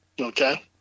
Okay